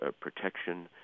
protection